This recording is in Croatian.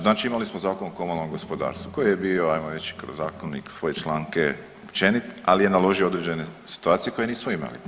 Znači imali smo Zakon o komunalnom gospodarstvu koji je bio hajmo reći kroz zakon i kroz svoje članke općenit, ali je naložio određene situacije koje nismo imali.